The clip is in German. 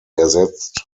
ersetzt